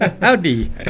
Howdy